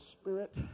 spirit